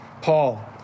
Paul